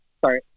Sorry